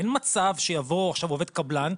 אין מצב שיבוא עכשיו עובד קבלן,